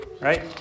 right